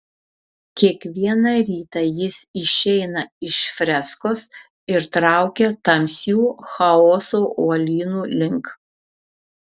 kiekvieną rytą jis išeina iš freskos ir traukia tamsių chaoso uolynų link